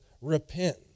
repent